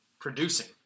producing